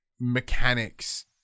mechanics